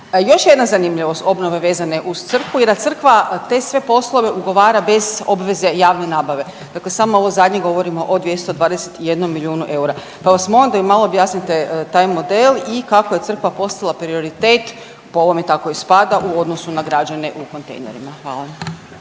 Još jedna zanimljivost vezane uz crkvu je da crkva sve te poslove ugovara bez obveze javne nabave, dakle samo ovo zadnje govorimo od 221 milijunu eura. Pa vas molim da mi malo objasnite taj model i kako je crkva postala prioritet po ovome kako ispada u odnosu na građane u kontejnerima. Hvala.